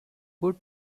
wood